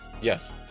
yes